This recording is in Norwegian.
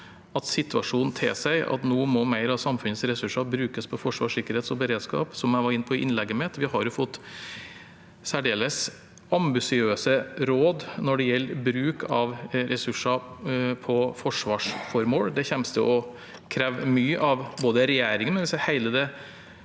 at situasjonen tilsier at mer av samfunnets ressurser nå må brukes på forsvar, sikkerhet og beredskap, som jeg var inne på i innlegget mitt. Vi har fått særdeles ambisiøse råd når det gjelder bruk av ressurser på forsvarsformål. Det kommer til å kreve mye både av regjeringen og av hele det